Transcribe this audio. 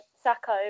Sacco